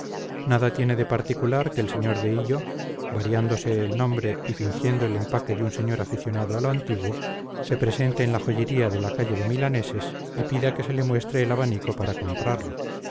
nada tiene de particular que el sr de hillo variándose el nombre y fingiendo el empaque de un señor aficionado a lo antiguo se presente en la joyería de la calle de milaneses y pida que se le muestre el abanico para comprarlo